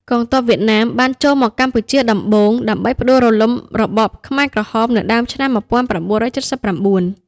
កងទ័ពវៀតណាមបានចូលមកកម្ពុជាដំបូងដើម្បីផ្ដួលរំលំរបបខ្មែរក្រហមនៅដើមឆ្នាំ១៩៧៩។